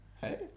Hey